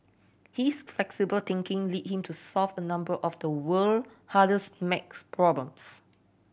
his flexible thinking led him to solve a number of the world hardest math problems